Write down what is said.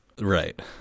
Right